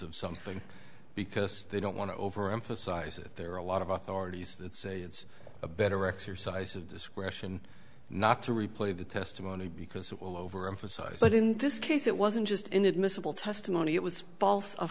of something because they don't want to overemphasize it there are a lot of authorities that say it's a better exercise of discretion not to replay the testimony because it will over emphasize it in this case it wasn't just inadmissible testimony it was false